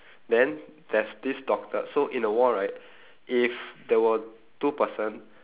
then there's this doctor so in a war right if there were two person